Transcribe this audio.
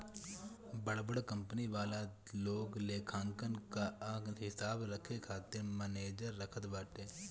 बड़ बड़ कंपनी वाला लोग लेखांकन कअ हिसाब रखे खातिर मनेजर रखत बाटे